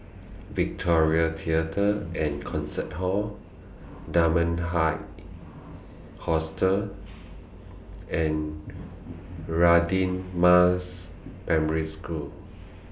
Victoria Theatre and Concert Hall Dunman High Hostel and Radin Mas Primary School